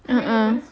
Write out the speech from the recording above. uh uh